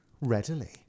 Readily